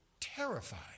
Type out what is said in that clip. terrified